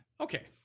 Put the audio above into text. Okay